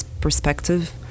perspective